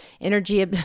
energy